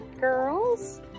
girls